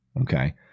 Okay